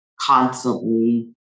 constantly